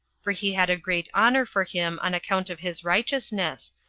for he had a great honor for him on account of his righteousness,